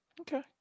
Okay